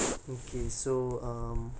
okay